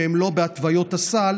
שהן לא בהתוויות הסל,